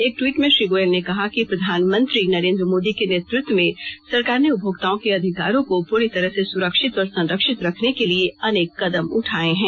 एक ट्वीट में श्री गोयल ने कहा कि प्रधानमंत्री नरेन्द्र मोदी के नेतृत्व में सरकार ने उपभोक्ताओं के अधिकारों को पूरी तरह से सुरक्षित और संरक्षित रखने के लिए अनेक कदम उठाए हैं